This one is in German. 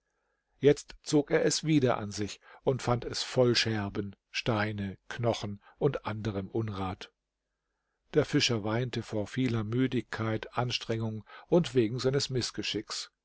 jetzt zog er es wieder an sich und fand es voll scherben steine knochen und anderem unrat der fischer weinte vor vieler müdigkeit anstrengung und wegen seines mißgeschicks